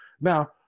Now